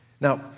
Now